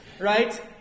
right